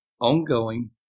ongoing